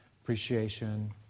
appreciation